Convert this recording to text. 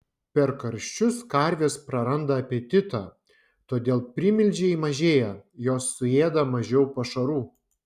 per karščius karvės praranda apetitą todėl primilžiai mažėja jos suėda mažiau pašarų